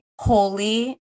holy